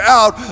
out